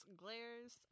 glares